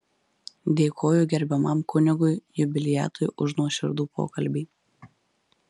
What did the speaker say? dėkoju gerbiamam kunigui jubiliatui už nuoširdų pokalbį